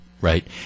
Right